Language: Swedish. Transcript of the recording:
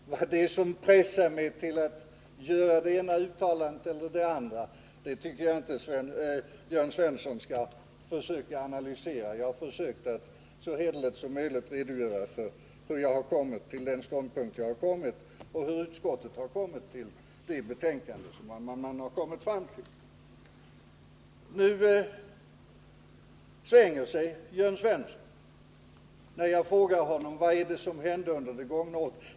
Herr talman! Vad det är som pressar mig till att göra det ena uttalandet eller det andra tycker jag inte Jörn Svensson skall försöka analysera. Jag har försökt att så hederligt som möjligt redogöra för hur jag har kommit till den ståndpunkt som jag har och hur utskottet kommit till ställningstagandet i betänkandet. Jörn Svensson svänger sig när jag frågar honom vad det är som har hänt under det gångna året.